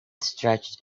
stretched